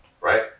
right